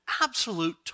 absolute